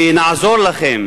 ונעזור לכם,